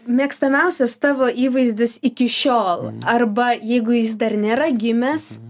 mėgstamiausias tavo įvaizdis iki šiol arba jeigu jis dar nėra gimęs